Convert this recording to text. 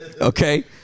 Okay